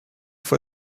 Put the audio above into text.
for